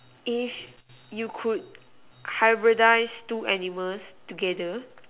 if you could hybridize two animals together